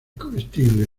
comestible